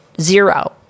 Zero